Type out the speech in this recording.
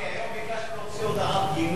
רוני, היום ביקשנו להוציא הודעת גינוי.